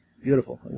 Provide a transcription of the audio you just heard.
Beautiful